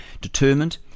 Determined